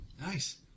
Nice